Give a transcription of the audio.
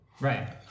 Right